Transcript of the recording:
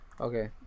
Okay